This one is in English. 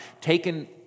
taken